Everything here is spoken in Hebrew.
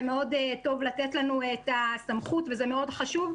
זה מאוד טוב לתת לנו את הסמכות וזה מאוד חשוב,